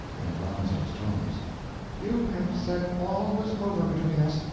in alonzo's tones you have said all was over between us.